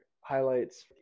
highlights